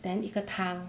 then 一个汤